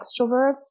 extroverts